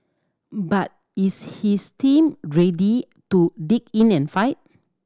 but is his team ready to dig in and fight